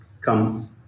come